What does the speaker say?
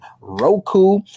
Roku